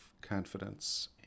confidence